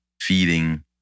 feeding